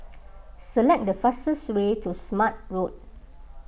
select the fastest way to Smart Road